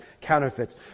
counterfeits